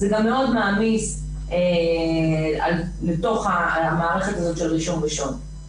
זה גם לא מעמיס לתוך המערכת הזאת של רישום ראשון.